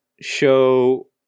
show